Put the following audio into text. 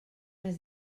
més